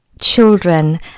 children